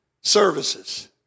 services